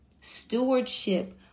Stewardship